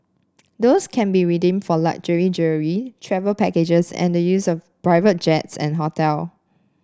those can be redeemed for luxury jewellery travel packages and the use of private jets and hotel